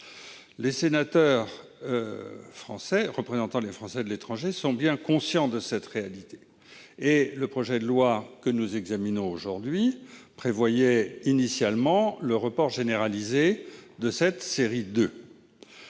Les sénateurs représentant les Français de l'étranger sont bien conscients de cette réalité. Le projet de loi organique que nous examinons aujourd'hui prévoyait initialement le report de l'élection